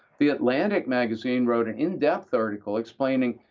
the atlantic magazine wrote an in-depth article explaining,